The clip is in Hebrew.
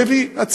והוא הביא הצעה.